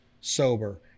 sober